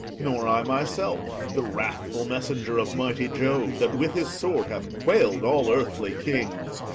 nor i myself, the wrathful messenger of mighty jove, that with his sword hath quail'd all earthly kings,